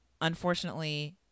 unfortunately